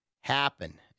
happen